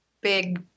big